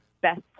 best